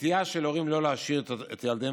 נטייה של הורים שלא להשאיר את ילדיהם